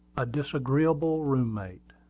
a disagreeable room-mate.